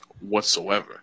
whatsoever